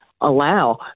allow